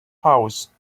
house